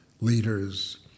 leaders